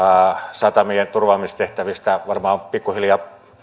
satamien turvaamistehtävistä on varmaan pikkuhiljaa